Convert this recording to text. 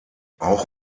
auch